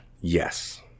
Yes